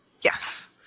yes